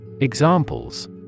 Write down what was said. Examples